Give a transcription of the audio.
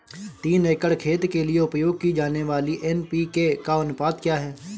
तीन एकड़ खेत के लिए उपयोग की जाने वाली एन.पी.के का अनुपात क्या है?